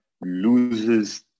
loses